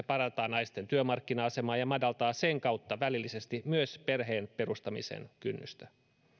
parantaa naisten työmarkkina asemaa ja madaltaa sen kautta välillisesti myös perheen perustamisen kynnystä